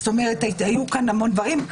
זאת אומרת היו כאן המון דברים.